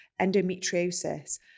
endometriosis